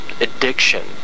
addiction